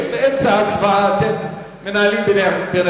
אין נמנעים.